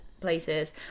places